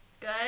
Good